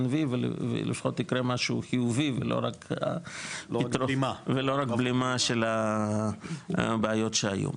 V ולפחות יקרה משהו חיובי ולא רק בלימה של הבעיות שהיו.